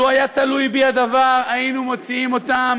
לו היה תלוי בי הדבר, היינו מוציאים אותם